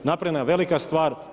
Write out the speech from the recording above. Napravljena je velika stvar.